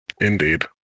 Indeed